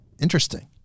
Interesting